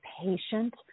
patient